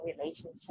relationship